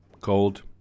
cold